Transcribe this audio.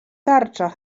tarcza